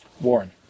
Warren